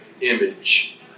image